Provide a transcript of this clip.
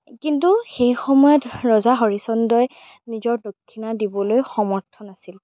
কিন্তু সেই সময়ত ৰজা হৰিশ্চন্দ্ৰই নিজৰ দক্ষিণা দিবলৈ সামৰ্থ্য় নাছিল